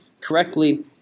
correctly